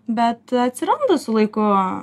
bet atsiranda su laiku